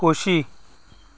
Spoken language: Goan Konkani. खोशी